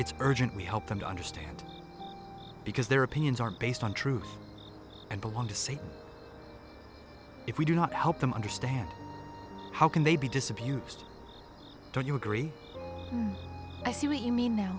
it's urgent we help them to understand because their opinions are based on truth and belong to say if we do not help them understand how can they be disabused don't you agree i see what you mean now